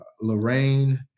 Lorraine